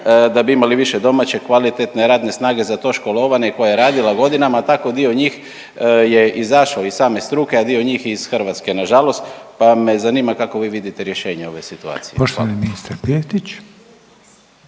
da bi imali više domaće kvalitetne radne snage za to školovane i koja je radila godina. Tako dio njih je izašao iz same struke, a dio njih i iz Hrvatske nažalost, pa me zanima kako vi vidite rješenje ove situacije.